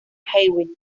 hewitt